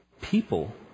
people